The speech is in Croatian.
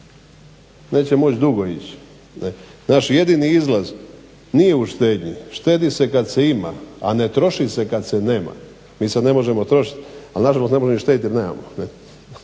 neće moći dugo ići ne'. Naš jedini izlaz nije u štednji. Štedi se kad se ima, a ne troši se kad se nema. Mi sad ne možemo trošiti, ali nažalost ne možemo ni štedjeti jer nemamo